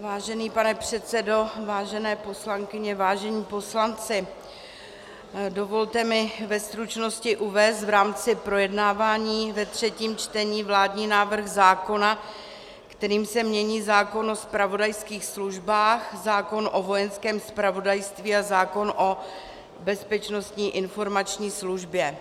Vážený pane předsedající, vážené poslankyně, vážení poslanci, dovolte mi ve stručnosti uvést v rámci projednávání ve třetím čtení vládní návrh zákona, kterým se mění zákon o zpravodajských službách, zákon o Vojenském zpravodajství a zákon o Bezpečnostní informační službě.